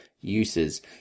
uses